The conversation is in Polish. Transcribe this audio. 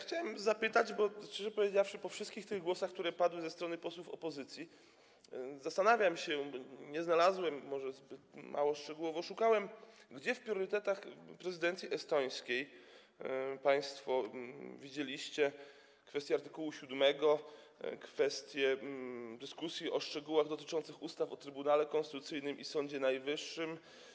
Chciałem zapytać, bo szczerze powiedziawszy, po wszystkich tych głosach, które padły ze strony posłów opozycji, zastanawiam się nad tym - nie znalazłem tego, może zbyt mało szczegółowo szukałem - gdzie w priorytetach prezydencji estońskiej państwo widzieliście kwestię art. 7, kwestię dyskusji o szczegółach dotyczących ustaw o Trybunale Konstytucyjnym i Sądzie Najwyższym.